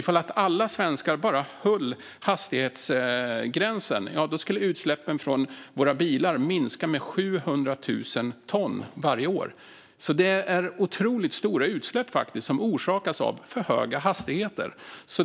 Om alla svenskar bara höll hastighetsgränsen skulle utsläppen från våra bilar minska med 700 000 ton varje år. Det är alltså otroligt stora utsläpp som orsakas av för höga hastigheter.